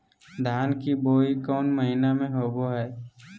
धान की बोई कौन महीना में होबो हाय?